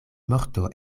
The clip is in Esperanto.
morto